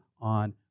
on